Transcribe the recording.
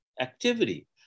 activity